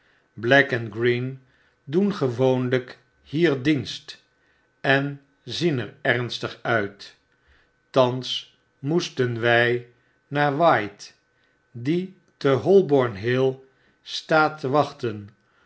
green doen gewoonlijk hier dienst en zien er ernstig uit thans moesten wy naar white die te hoiborn hill staat te wachten